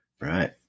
Right